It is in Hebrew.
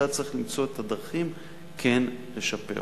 אתה צריך למצוא את הדרכים כן לשפר אותו.